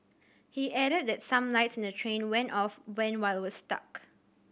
he added that some lights in the train went off when while it was stuck